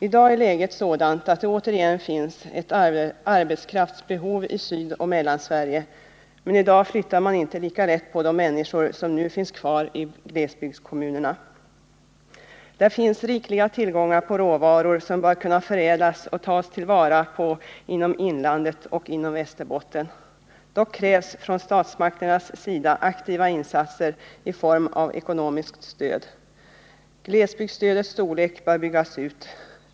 I dag är läget sådant att det återigen finns ett arbetskraftsbehov i Sydoch Mellansverige, men i dag flyttar man inte lika lätt på de människor som nu finns kvar i glesbygdskommunerna. Där finns rikliga tillgångar på råvaror som bör kunna förädlas och tas till vara inom inlandet och inom Västerbotten. Dock krävs från statsmakternas sida aktiva insatser i form av ekonomiskt stöd. Glesbygdsstödets storlek bör byggas ut.